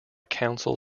council